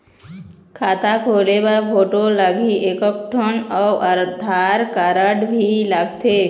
खाता खोले बर फोटो लगही एक एक ठो अउ आधार कारड भी लगथे?